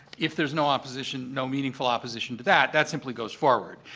if there's no opposition, no meaningful opposition to that, that simply goes forward.